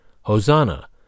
Hosanna